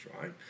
right